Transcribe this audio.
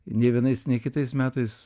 nei vienais nei kitais metais